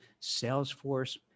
Salesforce